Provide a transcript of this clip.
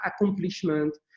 accomplishment